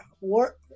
work